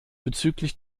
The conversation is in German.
bezüglich